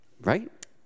right